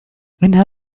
إنها